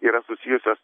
yra susijusios